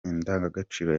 indangagaciro